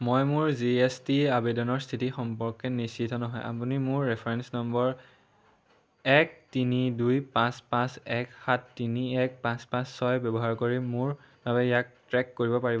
মই মোৰ G S T আবেদনৰ স্থিতি সম্পৰ্কে নিশ্চিত নহয় আপুনি মোৰ ৰেফাৰেন্স নম্বৰ এক তিনি দুই পাঁচ পাঁচ এক সাত তিনি এক পাঁচ পাঁচ ছয় ব্যৱহাৰ কৰি মোৰ বাবে ইয়াক ট্ৰেক কৰিব পাৰিবনে